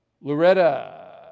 Loretta